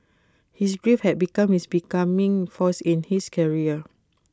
his grief had become his becoming force in his career